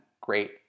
great